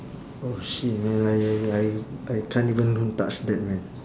oh shit man I I I I can't even don't touch that man